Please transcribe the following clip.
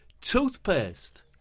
Toothpaste